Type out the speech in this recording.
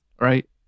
right